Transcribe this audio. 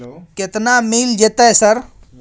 केतना मिल जेतै सर?